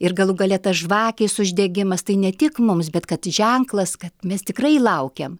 ir galų gale tas žvakės uždegimas tai ne tik mums bet kad ženklas kad mes tikrai laukiam